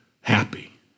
happy